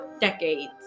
decades